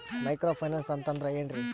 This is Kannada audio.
ಮೈಕ್ರೋ ಫೈನಾನ್ಸ್ ಅಂತಂದ್ರ ಏನ್ರೀ?